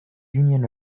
union